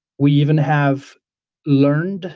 we even have learned